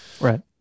Right